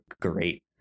great